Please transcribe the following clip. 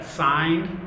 signed